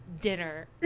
dinner